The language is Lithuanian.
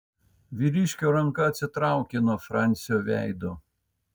vyriškio ranka atsitraukė nuo francio veido